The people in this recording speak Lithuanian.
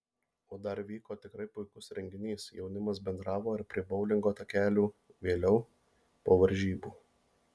o dar vyko tikrai puikus renginys jaunimas bendravo ir prie boulingo takelių vėliau po varžybų